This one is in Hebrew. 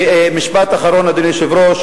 ומשפט אחרון, אדוני היושב-ראש.